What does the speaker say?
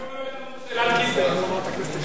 אולי הוא לא יודע מה זה שאלת קיטבג,